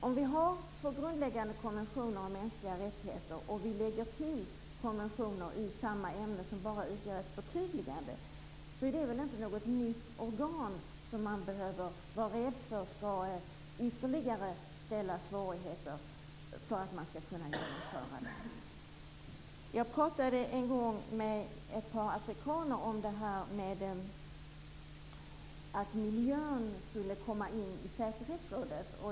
Om vi har två grundläggande konventioner om mänskliga rättigheter och vi lägger till konventioner i samma ämne, som bara utgör ett förtydligande, är det väl inte något nytt organ, som man behöver vara rädd för att det skall ställa till ytterligare svårigheter när de genomförs. Jag pratade en gång med ett par afrikaner om detta med att miljön skulle kunna komma in i säkerhetsrådet.